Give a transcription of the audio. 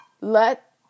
let